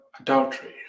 Adultery